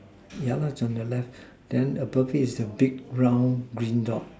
yeah lah it's on your left then above it is a big round green dot